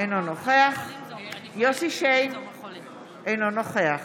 אינו נוכח יוסף שיין, אינו נוכח